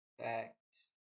facts